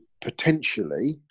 potentially